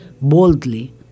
boldly